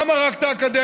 למה רק את האקדמיה?